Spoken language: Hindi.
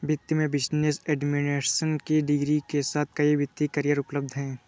वित्त में बिजनेस एडमिनिस्ट्रेशन की डिग्री के साथ कई वित्तीय करियर उपलब्ध हैं